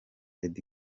eddy